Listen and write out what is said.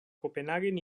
copenhaguen